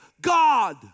God